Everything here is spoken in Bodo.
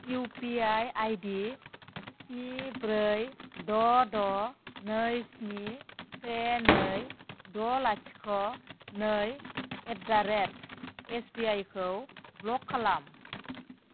U P I I D स्नि ब्रै द' द' नै स्नि से नै द' लाथिख' नै at the rate S B I खौ ब्ल'क खालाम